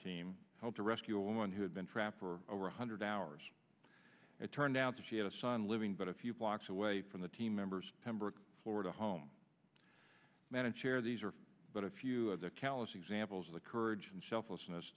team help to rescue a woman who had been trapped for over one hundred hours it turned out that she had a son living but a few blocks away from the team members pembroke florida home madam chair these are but a few of the callous examples of the courage and selflessness